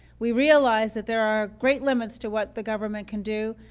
we realize that there are great limits to what the government can do.